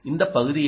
இந்த பகுதி என்ன